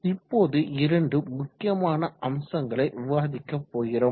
இப்போது 2 முக்கியமான அம்சங்களை விவாதிக்க போகிறோம்